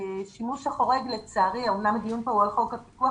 השימוש החורג לצערי - אמנם הדיון כאן הוא על חוק הפיקוח